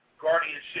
guardianship